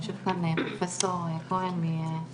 יושב כאן פרופ' כהן מאיתנים,